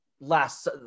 Last